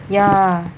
ya